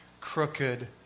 crooked